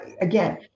again